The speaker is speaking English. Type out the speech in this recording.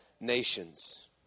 nations